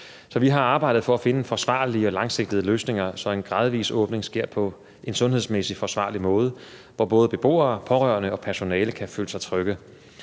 vi har arbejdet for at finde en forsvarlig og en langsigtet løsning, så en gradvis åbning sker på en sundhedsmæssigt forsvarlig måde, hvor både beboere, pårørende og personalet kan føle sig trygge.